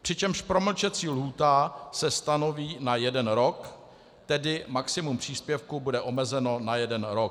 Přičemž promlčecí lhůta se stanoví na jeden rok, tedy maximum příspěvku bude omezeno na jeden rok.